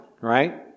right